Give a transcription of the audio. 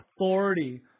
authority